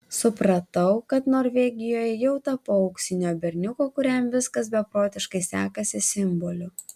supratau kad norvegijoje jau tapau auksinio berniuko kuriam viskas beprotiškai sekasi simboliu